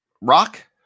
Rock